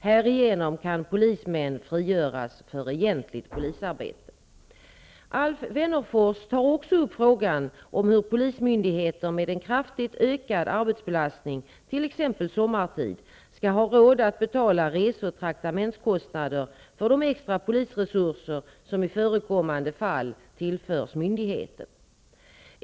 Härigenom kan polismän frigöras för egentligt polisarbete. Alf Wennerfors tar också upp frågan om hur polismyndigheter med en kraftigt ökad arbetsbelastning, t.ex. sommartid, skall ha råd att betala rese och traktamentskostnader för de extra polisresurser som i förekommande fall tillförs myndigheten.